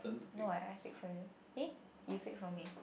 no I I take for you eh you pick for me